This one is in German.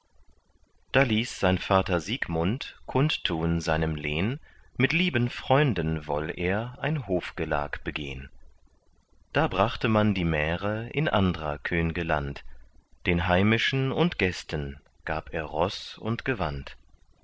da ließ sein vater siegmund kund tun seinem lehn mit lieben freunden woll er ein hofgelag begehn da brachte man die märe in andrer könge land den heimischen und gästen gab er roß und gewand